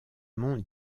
monts